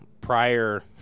prior